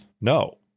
No